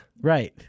Right